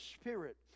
Spirit